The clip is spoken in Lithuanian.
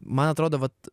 man atrodo vat